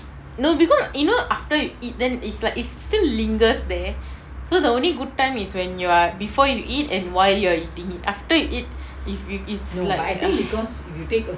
no because you know after you eat then is like it still lingers there so the only good time is when you are before you eat and while you are eating it after you eat it it's like